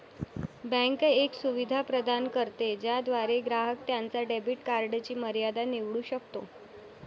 bank एक सुविधा प्रदान करते ज्याद्वारे ग्राहक त्याच्या डेबिट कार्डची मर्यादा निवडू शकतो